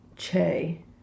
Che